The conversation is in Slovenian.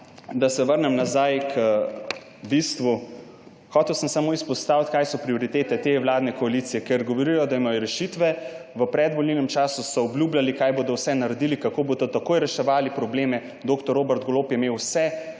Da se vrnem nazaj k bistvu. Hotel sem samo izpostaviti, kaj so prioritete te vladne koalicije, ker govorijo, da imajo rešitve, v predvolilnem času so obljubljali, kaj bodo vse naredili, kako bodo takoj reševali probleme. Dr. Robert Golob je imel vse,